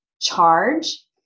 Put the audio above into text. charge